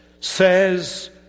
Says